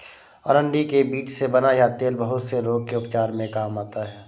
अरंडी के बीज से बना यह तेल बहुत से रोग के उपचार में काम आता है